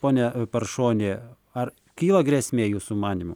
pone paršoni ar kyla grėsmė jūsų manymu